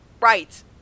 Right